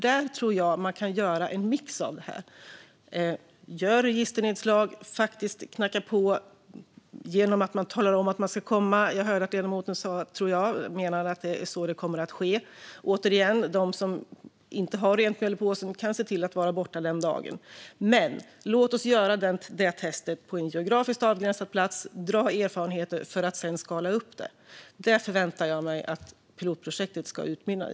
Där tror jag att man kan göra en mix av detta: göra registernedslag och knacka på, genom att man talar om att man ska komma. Jag hörde att ledamoten sa att jag tror att det är så det kommer att ske. Återigen: De som inte har rent mjöl i påsen kan se till att vara borta den dagen. Men låt oss göra testet på en geografiskt avgränsad plats och dra erfarenheter för att sedan skala upp det. Detta förväntar jag mig att pilotprojektet ska utmynna i.